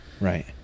Right